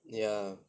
ya